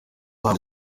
ahari